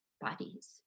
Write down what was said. bodies